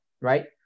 right